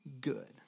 good